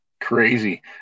Crazy